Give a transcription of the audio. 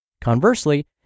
Conversely